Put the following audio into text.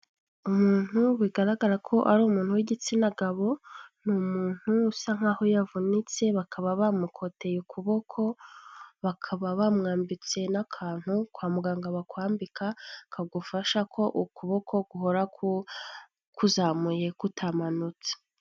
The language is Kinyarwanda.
Umuntu bigaragara ko ari umuntu w'igitsinagabo, ni umuntu usa nkaho yavunitse bakaba bamukoteye ukuboko ,bakaba bamwambitse n'akantu kwa muganga bakwambika, kagufasha ko ukuboko guhora kuzamuye kutamanutse.